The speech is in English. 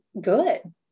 good